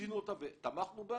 ורצינו אותה ותמכנו בה,